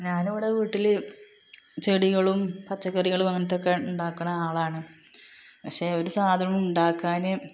ഞാനിവിടെ വീട്ടില് ചെടികളും പച്ചക്കറികളും അങ്ങൻത്തക്കെ ഉണ്ടാക്കണ ആളാണ് പക്ഷേ ഒരു സാധനം ഉണ്ടാക്കാന്